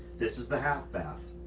this is the half bath.